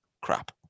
crap